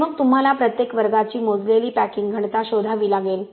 आणि मग तुम्हाला प्रत्येक वर्गाची मोजलेली पॅकिंग घनता शोधावी लागेल